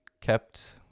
kept